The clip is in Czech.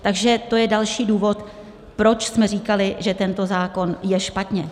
Takže to je další důvod, proč jsme říkali, že tento zákon je špatně.